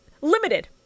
limited